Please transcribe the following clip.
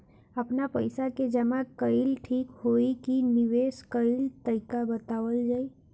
आपन पइसा के जमा कइल ठीक होई की निवेस कइल तइका बतावल जाई?